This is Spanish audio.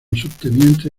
subteniente